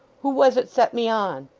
who was it set me on